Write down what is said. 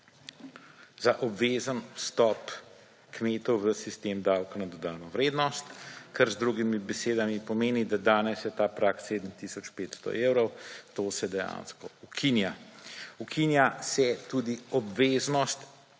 za obvezen vstop kmetov v sistem davka na dodano vrednost, kar z drugimi besedami pomeni, da danes je ta prag 7 tisoč 500 evrov. To se dejansko ukinja. Ukinja se tudi obveznost